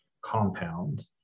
compound